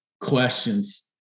questions